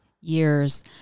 years